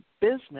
Business